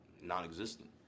non-existent